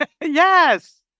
Yes